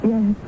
Yes